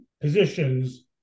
positions